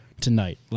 tonight